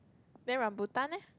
then rambutan leh